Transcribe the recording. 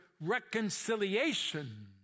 reconciliation